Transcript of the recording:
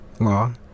law